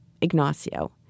Ignacio